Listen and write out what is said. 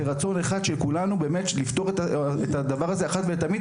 זה רצון אחד של כולנו באמת לפתור את הדבר הזה אחת ולתמיד